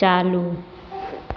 चालू